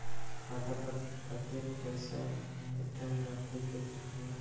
खाता पर कतेक पैसा हरदम रखखे के होला?